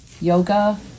yoga